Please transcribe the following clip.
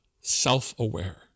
self-aware